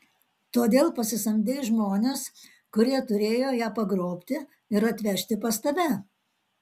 todėl pasisamdei žmones kurie turėjo ją pagrobti ir atvežti pas tave